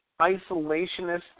isolationist